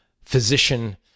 physician